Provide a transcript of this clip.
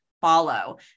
follow